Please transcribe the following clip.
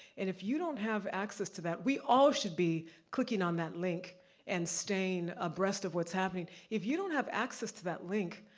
and if you don't have access to that, we all should be clicking on that link and staying abreast of what's happening. if you don't have access to that link,